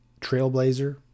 trailblazer